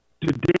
today